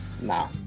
no